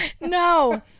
No